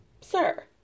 Sir